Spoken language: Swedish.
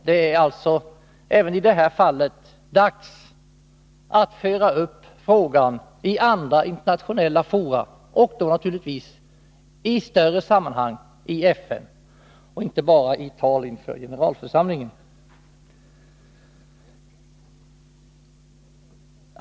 Det är således dags att föra upp även den här frågan i andra internationella fora, och då naturligtvis i större sammanhang i FN — och inte bara i tal inför generalförsamlingen.